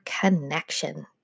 connection